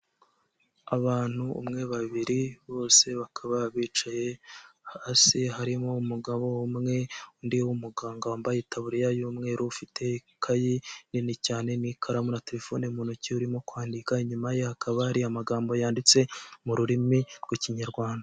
Abantu umwe babiri bose bakaba bicaye hasi harimo umugabo umwe undiumuganga wambaye taburiya y'umweru ufite ikayi nini cyane n'ikaramu na telefone mu ntoki urimo kwandika inyuma ye akaba ari amagambo yanditse mu rurimi rw'ikinyarwanda.